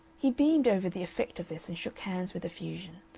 he beamed over the effect of this and shook hands with effusion,